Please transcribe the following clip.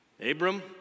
Abram